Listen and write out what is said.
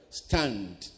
stand